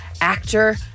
actor